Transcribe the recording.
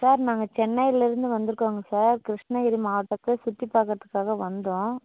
sir நாங்கள் சென்னையிலேருந்து வந்துருக்கோங்க சார் கிருஷ்ணகிரி மாவட்டத்தை சுற்றிப் பார்க்கறதுக்காக வந்தோம்